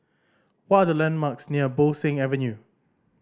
what are the landmarks near Bo Seng Avenue